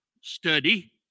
study